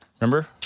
Remember